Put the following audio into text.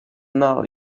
now